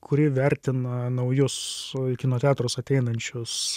kuri vertina naujus kino teatrus ateinančius